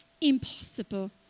impossible